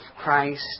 Christ